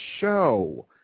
show